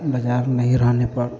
बाज़ार में ही रहने पर